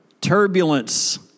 turbulence